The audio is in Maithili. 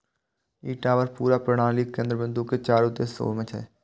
ई टावर पूरा प्रणालीक केंद्र बिंदु के चारू दिस घूमै छै